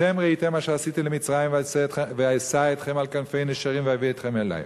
"אתם ראיתם אשר עשיתי למצרים ואשא אתכם על כנפי נשרים ואבִא אתכם אלי,